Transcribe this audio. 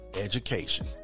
Education